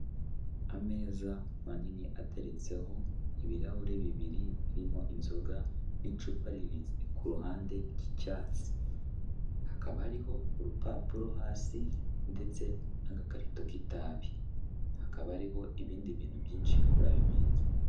Ameza manini ateretseho ibirahure bibiri birimo inzoga n'icupa kuruhande ry'icyatsi, hakaba hariho urupapuro hasi ndetse n'agakarito k'itabi, hakaba hariho ibindi bintu byinshi kuri ayo meza.